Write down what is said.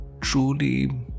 truly